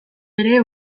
ere